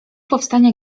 powstania